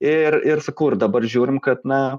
ir ir sakau ir dabar žiūrim kad na